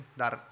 dar